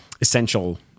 essential